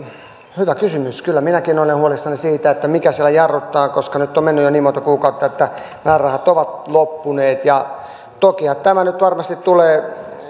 hyvä kysymys kyllä minäkin olen huolissani siitä mikä siellä jarruttaa koska nyt on mennyt jo niin monta kuukautta että määrärahat ovat loppuneet tokihan tämä nyt varmasti tulee